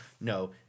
No